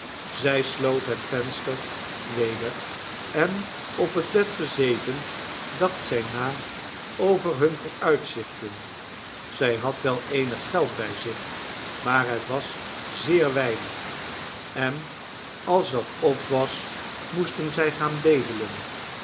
zij sloot het venster weder en op het bed gezeten dacht zij na over hunne vooruitzichten zij had wel eenig geld bij zich maar het was zeer weinig en als dat op was moesten zij gaan bedelen